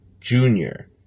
Junior